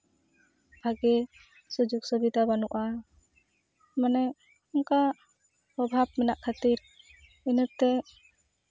ᱵᱷᱟᱜᱮ ᱥᱩᱡᱳᱜᱽ ᱥᱩᱵᱤᱫᱷᱟ ᱵᱟᱹᱱᱩᱜᱼᱟ ᱢᱟᱱᱮ ᱚᱱᱠᱟ ᱚᱵᱷᱟᱵᱽ ᱢᱮᱱᱟᱜ ᱠᱷᱟᱹᱛᱤᱨ ᱤᱱᱟᱹᱛᱮ